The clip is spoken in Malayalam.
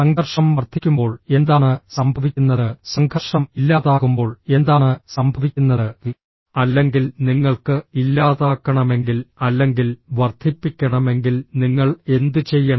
സംഘർഷം വർദ്ധിക്കുമ്പോൾ എന്താണ് സംഭവിക്കുന്നത് സംഘർഷം ഇല്ലാതാകുമ്പോൾ എന്താണ് സംഭവിക്കുന്നത് അല്ലെങ്കിൽ നിങ്ങൾക്ക് ഇല്ലാതാക്കണമെങ്കിൽ അല്ലെങ്കിൽ വർദ്ധിപ്പിക്കണമെങ്കിൽ നിങ്ങൾ എന്തുചെയ്യണം